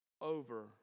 over